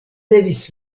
devis